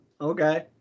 Okay